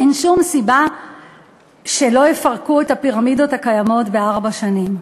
אין שום סיבה שלא יפרקו את הפירמידות הקיימות בארבע שנים,